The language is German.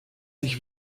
ich